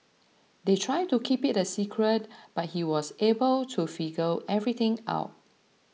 they tried to keep it a secret but he was able to figure everything out